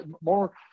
more